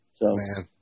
Man